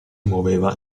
muoveva